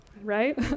right